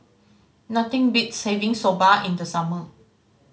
nothing beats having Soba in the summer